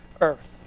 earth